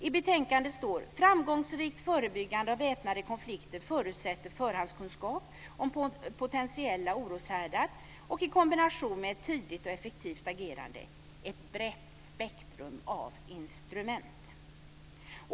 I betänkandet står det att "framgångsrikt förebyggande av väpnade konflikter förutsätter förhandskunskaper om potentiella oroshärdar, och i kombination med ett tidigt och effektivt agerande, ett brett spektrum av instrument".